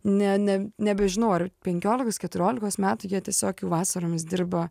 ne ne nebežinau ar penkiolikos keturiolikos metų jie tiesiog jau vasaromis dirba